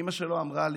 אימא שלו אמרה לי: